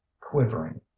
quivering